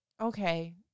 okay